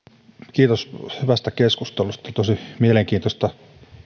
kiitos hyvästä keskustelusta tosi mielenkiintoista